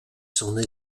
son